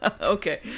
Okay